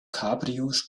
cabrios